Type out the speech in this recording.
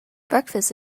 breakfast